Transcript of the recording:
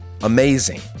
Amazing